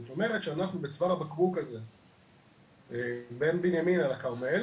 זאת אומרת שאנחנו בצוואר הבקבוק הזה שבין בנימינה לכרמל